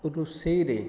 ରୋଷେଇରେ